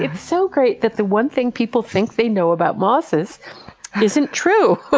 yeah so great that the one thing people think they know about mosses isn't true!